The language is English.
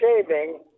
shaving